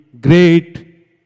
great